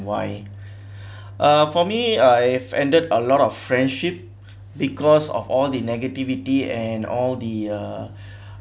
why uh for me I've ended a lot of friendship because of all the negativity and all the uh